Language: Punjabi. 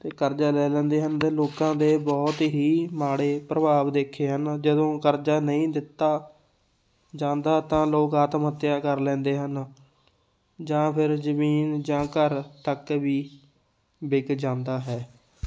ਅਤੇ ਕਰਜ਼ਾ ਲੈ ਲੈਂਦੇ ਹਨ ਅਤੇ ਲੋਕਾਂ ਦੇ ਬਹੁਤ ਹੀ ਮਾੜੇ ਪ੍ਰਭਾਵ ਦੇਖੇ ਹਨ ਜਦੋਂ ਕਰਜ਼ਾ ਨਹੀਂ ਦਿੱਤਾ ਜਾਂਦਾ ਤਾਂ ਲੋਕ ਆਤਮ ਹੱਤਿਆ ਕਰ ਲੈਂਦੇ ਹਨ ਜਾਂ ਫਿਰ ਜ਼ਮੀਨ ਜਾਂ ਘਰ ਤੱਕ ਵੀ ਵਿਕ ਜਾਂਦਾ ਹੈ